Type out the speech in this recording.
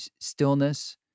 stillness